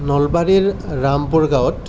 নলবাৰীৰ ৰামপুৰ গাঁৱত